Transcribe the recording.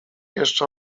jeszcze